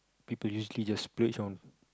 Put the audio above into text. people usually just splurge on